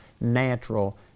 natural